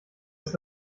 ist